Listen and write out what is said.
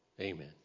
Amen